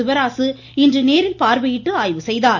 சிவராசு இன்று நேரில் பார்வையிட்டு ஆய்வு செய்தார்